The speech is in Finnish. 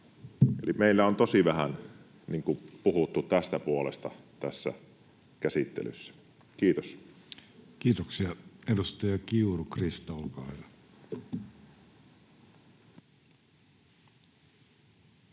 meillä on tosi vähän puhuttu tästä puolesta tässä käsittelyssä. — Kiitos. Kiitoksia. — Edustaja Kiuru, Krista, olkaa hyvä.